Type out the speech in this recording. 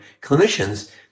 clinicians